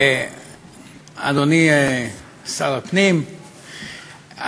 אדוני שר הפנים,